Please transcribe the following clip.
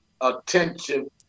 attention